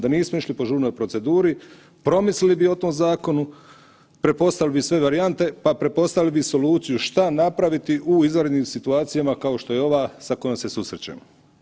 Da nismo išli po žurnoj proceduri promislili bi o tom zakonu, pretpostavili bi sve varijante pa bi pretpostavili soluciju šta napraviti u izvanrednim situacijama kao što je ova sa kojom se susrećemo.